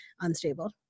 unstable